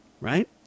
Right